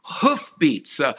hoofbeats